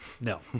No